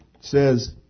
says